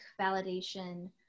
validation